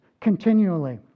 continually